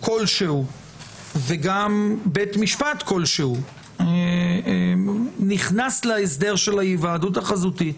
כלשהו וגם בית משפט כלשהו נכנס להסדר של ההיוועדות החזותית,